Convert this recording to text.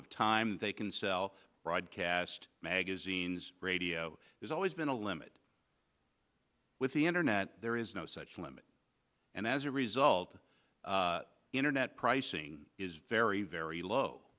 of time they can sell broadcast magazines radio there's always been a limit with the internet there is no such limit and as a result internet pricing is very very